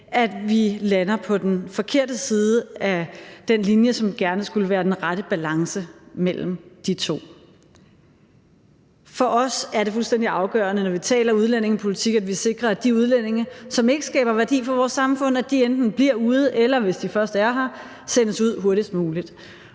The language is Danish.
at vi lander på den forkerte side af den linje, som gerne skulle være den rette balance mellem de to. For os er det fuldstændig afgørende, når vi taler udlændingepolitik, at vi sikrer, at de udlændinge, som ikke skaber værdi for vores samfund, enten bliver ude eller, hvis de først er her, sendes ud hurtigst muligt.